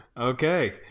Okay